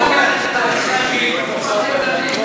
בושה וחרפה.